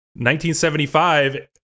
1975